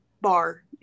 bar